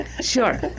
Sure